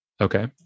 okay